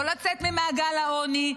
לא לצאת ממעגל העוני,